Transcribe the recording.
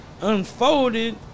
unfolded